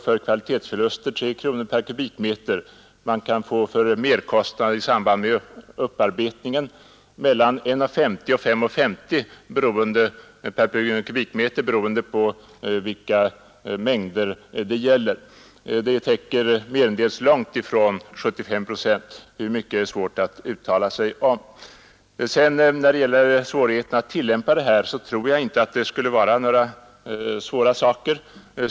För kvalitetsförluster kan man sedan få 3 kronor per m? och för merkostnader i samband med upparbetningen mellan 1:50 och 5:50 per m?, beroende på vilka mängder det gäller. Det täcker merendels långtifrån 75 procent, hur mycket är svårt att uttala sig om. När det gäller svårigheten att tillämpa detta, tror jag inte att det skulle vara någon besvärlig sak.